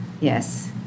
yes